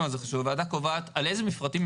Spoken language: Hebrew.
אפשר תמיד להקים ועדות הנקודה היא שהיא